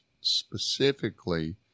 specifically